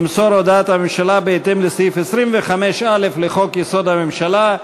למסור הודעת הממשלה בהתאם לסעיף 25(א) לחוק-יסוד: הממשלה,